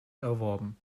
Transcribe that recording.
erworben